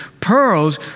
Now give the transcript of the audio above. pearls